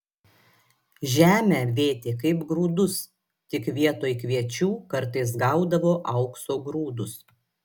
žemę vėtė kaip grūdus tik vietoj kviečių kartais gaudavo aukso grūdus